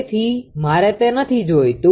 તેથી મારે તે નથી જોઈતું